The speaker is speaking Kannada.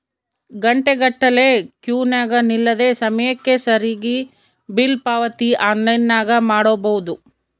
ಘಂಟೆಗಟ್ಟಲೆ ಕ್ಯೂನಗ ನಿಲ್ಲದೆ ಸಮಯಕ್ಕೆ ಸರಿಗಿ ಬಿಲ್ ಪಾವತಿ ಆನ್ಲೈನ್ನಾಗ ಮಾಡಬೊದು